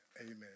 Amen